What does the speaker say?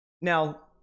Now